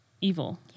evil